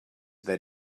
that